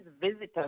visitors